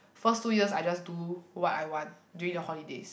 first two years I just do what I want during the holidays